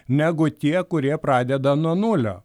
negu tie kurie pradeda nuo nulio